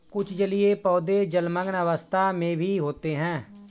कुछ जलीय पौधे जलमग्न अवस्था में भी होते हैं